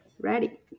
ready